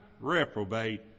reprobate